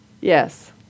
Yes